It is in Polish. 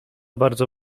bardzo